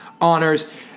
Honors